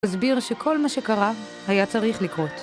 הסביר שכל מה שקרה היה צריך לקרות.